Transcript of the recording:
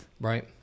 Right